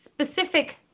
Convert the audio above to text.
specific